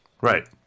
right